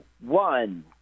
one